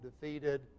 defeated